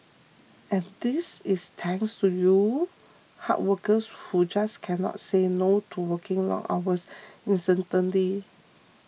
and this is thanks to you hard workers who just cannot say no to working long hours incessantly